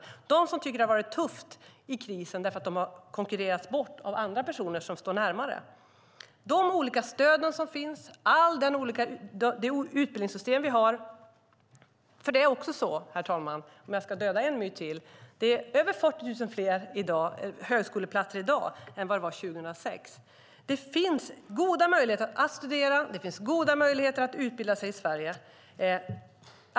Det handlar om dem som tycker att det har varit tufft i krisen eftersom de har konkurrerats bort av andra personer som står närmare. Jag tänker på de olika stöd som finns och på det utbildningssystem som vi har. Det är också så, herr talman, om jag ska döda en myt till, att det är över 40 000 fler högskoleplatser i dag än vad det var 2006. Det finns goda möjligheter att studera. Det finns goda möjligheter att utbilda sig i Sverige.